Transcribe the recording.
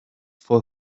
for